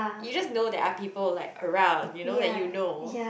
you just know there are people like around you know that you know